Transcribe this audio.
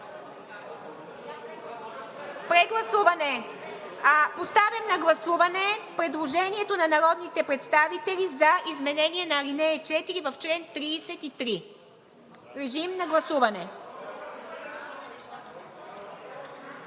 Прегласуване. Поставям на гласуване предложението на народните представители за изменение на ал. 4 в чл. 33. Гласували